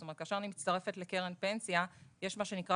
זאת אומרת כאשר אני מצטרפת לקרן פנסיה יש מה שנקרא